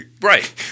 Right